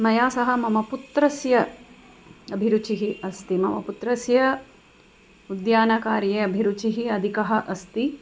मया सह मम पुत्रस्य अभिरुचिः अस्ति मम पुत्रस्य उद्यानकार्ये अभिरुचिः अधिकः अस्ति